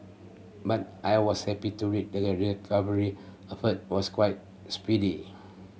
but I was happy to read that the recovery effort was quite speedy